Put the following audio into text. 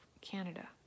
Canada